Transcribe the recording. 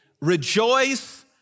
rejoice